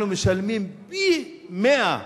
אנחנו משלמים פי מאה